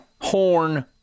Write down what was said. horn